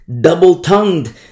double-tongued